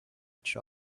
each